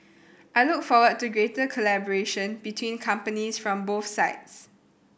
I look forward to greater collaboration between companies from both sides